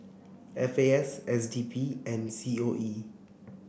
F A S S D P and C O E